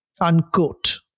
unquote